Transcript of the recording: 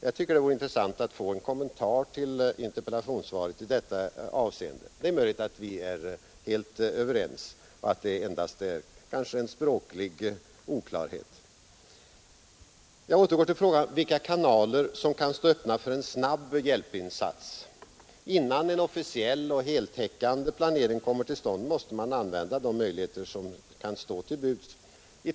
Jag tycker det vore intressant att få en kommentar till interpellationssvaret i detta avseende. Det är möjligt att vi är helt överens och att det endast gäller en språklig oklarhet. Jag återgår till frågan vilka kanaler som kan stå öppna för en snabb hjälpinsats. Innan en officiell och heltäckande planering kommer till stånd måste man använda de möjligheter som kan stå till buds.